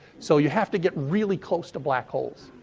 so you have to get really close to black holes.